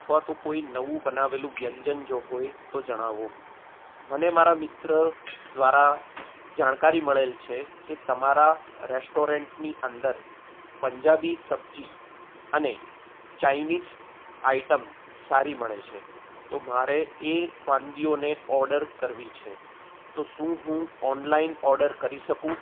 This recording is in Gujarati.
અથવા તો કોઈ નવું બનાવેલું વ્યંજન જો હોય તો જણાવો મને મારા મિત્ર દ્વારા જાણકારી મળેલ છે કે તમારા રેસ્ટોરન્ટની અંદર પંજાબી સબ્જી અને ચાઈનીઝ આઈટમ સારી મળે છે તો મારે એ વાનગીઓને ઓર્ડર કરવી છે તો શું હું ઓનલાઈન ઓર્ડર કરી શકું